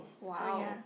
Wow